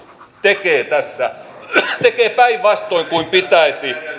tekee tässä se tekee päinvastoin kuin pitäisi